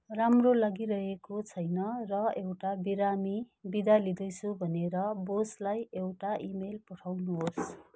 राम्रो लागिरहेको छैन र एउटा बिरामी विदा लिँदैछु भनेर बोसलाई एउटा इमेल पठाउनुहोस्